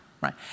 right